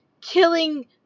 killing